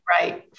Right